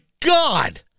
God